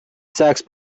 sacks